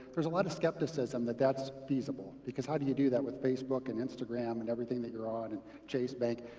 there's a lot of skepticism that that's feasible. because how do you do that with facebook, and instagram, and everything that you're on, and chase bank?